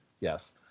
Yes